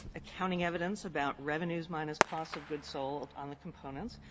accounting evidence about revenues minus cost of goods sold on the components,